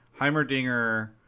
heimerdinger